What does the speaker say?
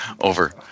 over